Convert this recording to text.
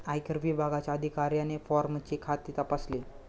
आयकर विभागाच्या अधिकाऱ्याने फॉर्मचे खाते तपासले